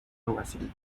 alguacil